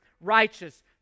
righteous